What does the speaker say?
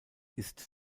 ist